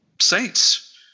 saints